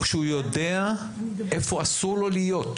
הוא יודע איפה אסור לו להיות.